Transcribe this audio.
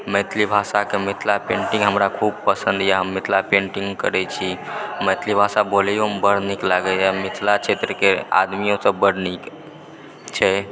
मैथिलि भाषाके मिथिला पेन्टिंग हमरा खूब पसन्द यऽ हम मिथिला पेन्टिंग करैत छी मैथली भषा बोलैयोमे बड़ निक लागैए मिथिला क्षेत्रके आदमियो सब बड नीक छै